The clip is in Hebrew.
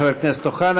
חבר הכנסת אוחנה.